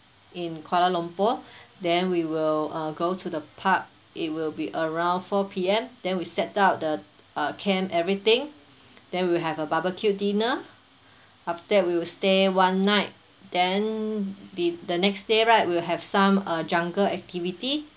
in kuala lumpur then we will uh go to the park it will be around four P_M then we set up the uh camp everything then we'll have a barbecue dinner after that we will stay one night then the the next day right we'll have some uh jungle activity